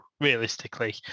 realistically